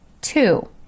Two